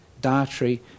dietary